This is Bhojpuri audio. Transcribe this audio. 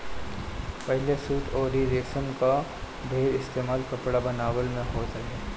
पहिले सूत अउरी रेशम कअ ढेर इस्तेमाल कपड़ा बनवला में होत रहे